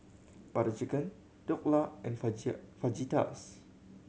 Butter Chicken Dhokla and Fajitas